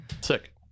Sick